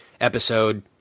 episode